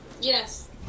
Yes